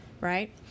right